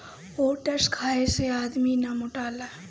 oats खाए से आदमी ना मोटाला